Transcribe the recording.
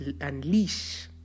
unleash